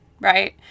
right